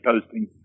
posting